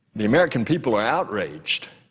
the american people are outraged